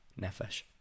nefesh